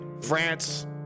France